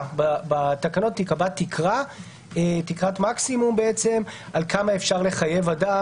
ושבתקנות תיקבע תקרת מקסימום על כמה אפשר לחייב אדם.